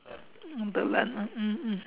per month ah mm mm